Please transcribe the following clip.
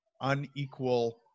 unequal